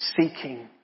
seeking